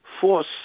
force